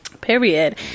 period